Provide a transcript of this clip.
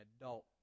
adult